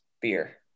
beer